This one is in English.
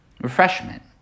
refreshment